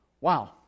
Wow